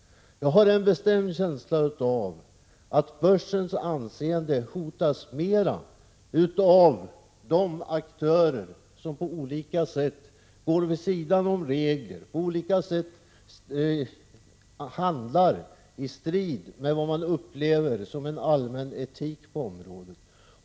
Jag har en bestämd känsla av att börsens anseende hotas mera av de aktörer som på olika sätt går vid sidan av reglerna och som på olika sätt handlar i strid med vad som upplevs som allmän etik på området.